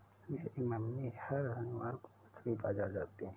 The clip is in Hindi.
मेरी मम्मी हर शनिवार को मछली बाजार जाती है